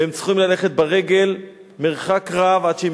והם צריכים ללכת ברגל מרחק רב עד שהם